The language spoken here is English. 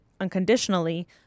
unconditionally